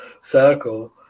circle